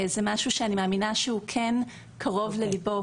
זה משהו שאני מאמינה שהוא כן קרוב לליבה